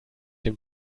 dem